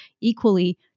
equally